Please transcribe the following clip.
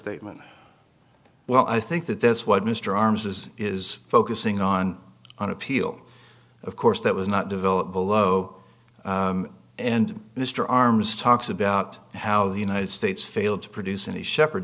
statement well i think that that's what mr arms is is focusing on on appeal of course that was not developed below and mr arms talks about how the united states failed to produce any shepherd